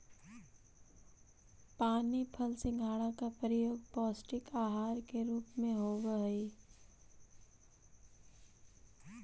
पानी फल सिंघाड़ा का प्रयोग पौष्टिक आहार के रूप में होवअ हई